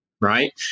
right